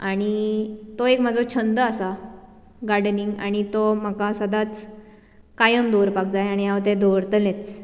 आनी तो एक म्हाजो छंद आसा गार्ड्निंग आनी तो म्हाका सदांच कायम दवरपाक जाय आनी हांव ते दवरतलेंच